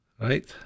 Right